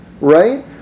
right